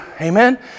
Amen